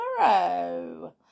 tomorrow